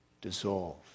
dissolve